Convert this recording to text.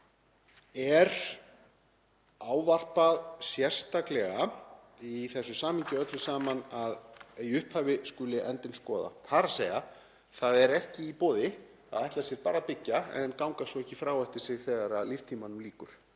það er ávarpað í þessu samhengi öllu saman að í upphafi skuli endinn skoða, þ.e. að ekki er í boði að ætla sér bara að byggja en ganga svo ekki frá eftir sig þegar líftímanum lýkur.